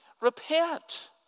repent